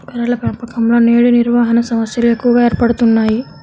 గొర్రెల పెంపకంలో నేడు నిర్వహణ సమస్యలు ఎక్కువగా ఏర్పడుతున్నాయి